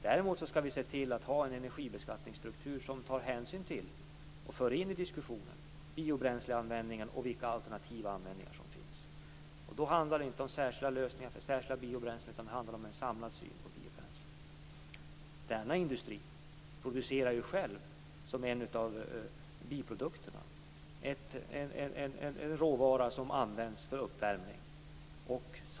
Däremot skall vi se till att ha en energibeskattningsstruktur som tar hänsyn till och för in i diskussionen biobränsleanvändningen och vilka alternativa användningar som finns. Då handlar det inte om särskilda lösningar för särskilda biobränslen, utan det handlar om en samlad syn på biobränslet. Denna industri producerar ju själv, som en av biprodukterna, en råvara som används för uppvärmning.